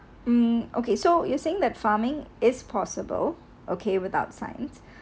um okay so you saying that farming is possible okay without science